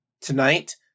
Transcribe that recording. tonight